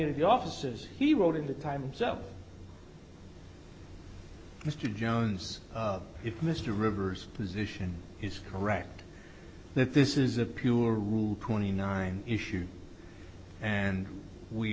of the offices he wrote in that time so mr jones if mr reverse position is correct that this is a pure rule twenty nine issue and we